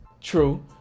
True